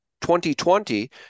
2020